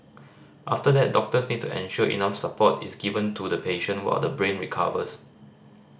after that doctors need to ensure enough support is given to the patient while the brain recovers